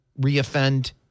reoffend